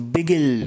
Bigel